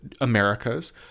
Americas